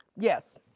Yes